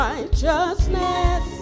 Righteousness